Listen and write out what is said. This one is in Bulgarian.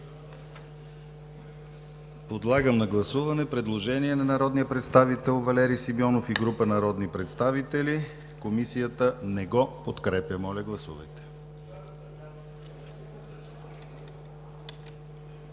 Подлагам на гласуване предложението на народния представител Валери Симеонов и група народни представители – Комисията не го подкрепя. Гласували